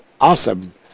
awesome